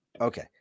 okay